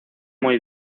muy